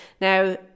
Now